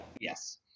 Yes